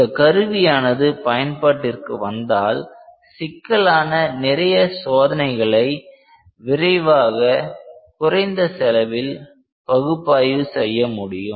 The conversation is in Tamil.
இந்த கருவியானது பயன்பாட்டிற்கு வந்தால் சிக்கலான நிறைய சோதனைகளை விரைவாக குறைந்த செலவில் பகுப்பாய்வு செய்ய முடியும்